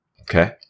Okay